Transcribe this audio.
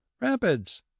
Rapids